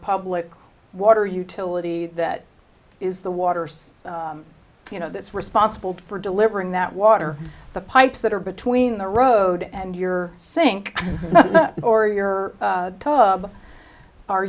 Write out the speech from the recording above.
public water utility that is the water you know that's responsible for delivering that water the pipes that are between the road and your think or your tub are